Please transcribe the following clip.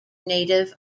native